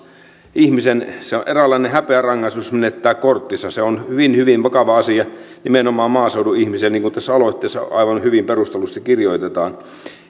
ihmiselle eräänlainen häpeärangaistus menettää korttinsa se on hyvin hyvin vakava asia nimenomaan maaseudun ihmiselle niin kuin tässä aloitteessa aivan hyvin perustellusti kirjoitetaan